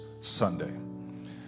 Sunday